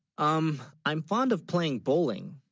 um i'm fond of playing bowling